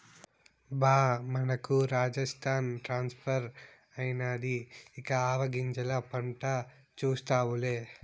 బా మనకు రాజస్థాన్ ట్రాన్స్ఫర్ అయినాది ఇక ఆవాగింజల పంట చూస్తావులే